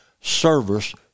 service